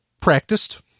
practiced